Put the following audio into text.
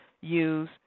use